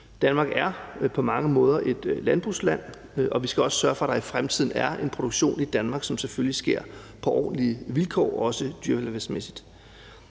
Danmark er på mange måder et landbrugsland, og vi skal også sørge for, at der i fremtiden er en produktion i Danmark, som selvfølgelig sker på ordentlige vilkår, også dyrevelfærdsmæssigt.